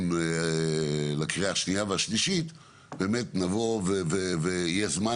הדיון לקריאה השנייה והשלישית יהיה זמן